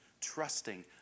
trusting